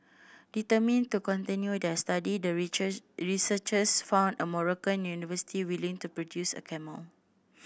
determined to continue their study the researchers found a Moroccan university willing to procure a camel